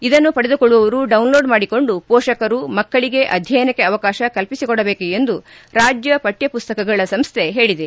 ಇದನ್ನು ಪಡೆದುಕೊಳ್ಳುವವರು ಡೌನ್ಲೋಡ್ ಮಾಡಿಕೊಂಡು ಮೋಷಕರು ಮಕ್ಕಳಿಗೆ ಅಧ್ಯಯನಕ್ಕೆ ಅವಕಾಶ ಕಲ್ಪಿಸಿಕೊಡಬೇಕು ಎಂದು ರಾಜ್ಯ ಪಠ್ಯಮಸ್ತಕಗಳ ಸಂಸ್ಥೆ ಹೇಳಿದೆ